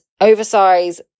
oversize